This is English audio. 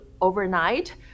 overnight